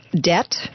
debt